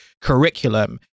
curriculum